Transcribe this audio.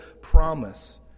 promise